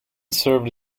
served